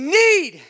need